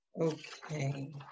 Okay